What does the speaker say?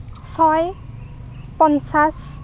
ছয় পঞ্চাছ